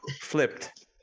flipped